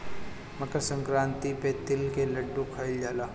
मकरसंक्रांति पे तिल के लड्डू खाइल जाला